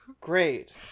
Great